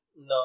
No